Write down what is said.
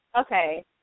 okay